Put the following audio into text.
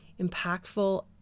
impactful